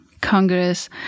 congress